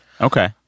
Okay